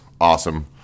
Awesome